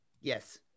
Yes